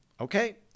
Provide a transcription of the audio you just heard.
Okay